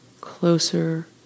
closer